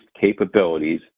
capabilities